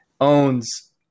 owns